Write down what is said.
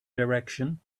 direction